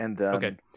Okay